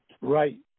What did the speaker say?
right